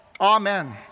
Amen